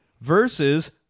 Versus